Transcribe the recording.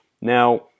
Now